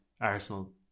Arsenal